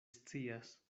scias